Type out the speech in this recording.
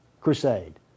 Crusade